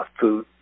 food